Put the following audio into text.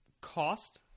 cost